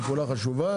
זו פעולה חשובה.